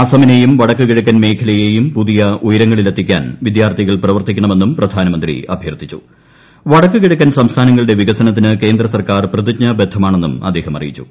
അസമിനെയും വടക്കുകിഴക്ക്ൻ മേഖലയെയും പുതിയ ഉയരങ്ങളിലെത്തിക്കാൻ വൃദ്യാർത്ഥികൾ പ്രവർത്തിക്കണമെന്നും പ്രധാനമന്ത്രി അഭ്യർത്ഥിച്ചു പ്രവടക്കുകിഴക്കൻ സംസ്ഥാനങ്ങളുടെ വികസനത്തിന് കേന്ദ്രൂ സർക്കാർ പ്രതിജ്ഞാബദ്ധമാണെന്നും അദ്ദേഹം അറിയിച്ചു